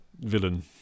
villain